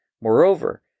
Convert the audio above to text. Moreover